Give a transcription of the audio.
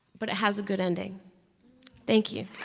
but it has a good ending thank you